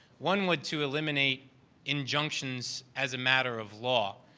one would to eliminate injunctions as a matter of law.